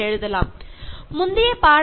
എഴുതാവുന്നതുമാണ്